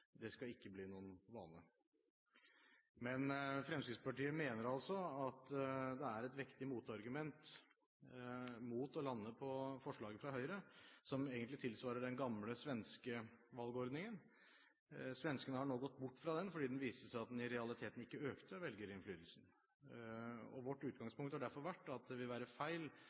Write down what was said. Det skal ikke bli noen vane! Fremskrittspartiet mener altså at det er et vektig motargument mot å lande på forslaget fra Høyre, som egentlig tilsvarer den gamle svenske valgordningen. Svenskene har nå gått bort fra den, fordi det viste seg at den i realiteten ikke økte velgerinnflytelsen. Vårt utgangspunkt har derfor vært at det vil være feil